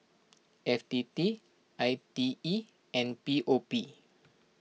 F T T I T E and P O P